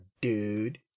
dude